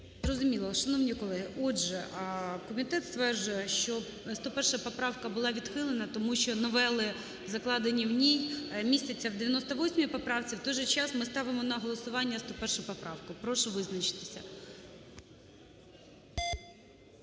Зрозуміло. Шановні колеги! Отже, комітет стверджує, що 101 поправка була відхилена тому що новели закладені в ній містяться в 98 поправці. В той же час ми ставимо на голосування 101 поправку, прошу визначитися.